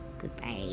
Goodbye